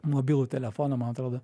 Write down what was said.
mobilų telefoną man atrodo